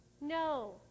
No